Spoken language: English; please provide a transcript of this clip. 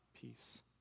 peace